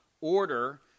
order